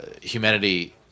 humanity